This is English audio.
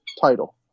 title